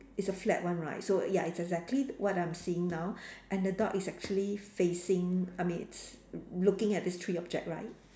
it's a flat one right so ya it's exactly what I'm seeing now and the dog is actually facing I mean it's looking at these three object right